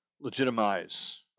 legitimize